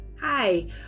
Hi